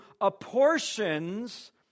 apportions